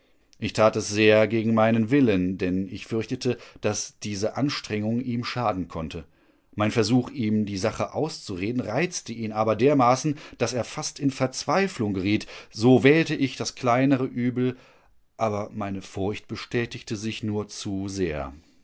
ich tat es sehr gegen meinen willen denn ich fürchtete daß diese anstrengung ihm schaden konnte mein versuch ihm die sache auszureden reizte ihn aber dermaßen das er fast in verzweiflung geriet so wählte ich das kleinere übel aber meine furcht bestätigte sich nur zu sehr